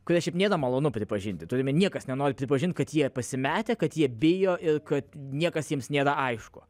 kurią šiaip nėra malonu pripažinti turime niekas nenori pripažinti kad jie pasimetę kad jie bijo ir kad niekas jiems nėra aišku